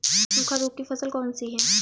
सूखा रोग की फसल कौन सी है?